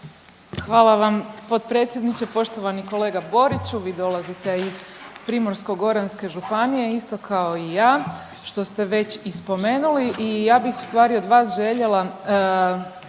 Hvala vam potpredsjedniče. Poštovani kolega Boriću vi dolazite iz Primorsko-goranske županije isto kao i ja što ste već i spomenuli i ja bih u stvari od vas željela